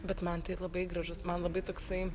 bet man tai labai gražus man labai toksai